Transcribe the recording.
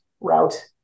route